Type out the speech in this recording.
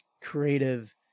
creative